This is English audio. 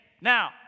now